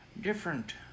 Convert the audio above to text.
different